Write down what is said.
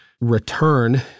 return